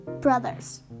brothers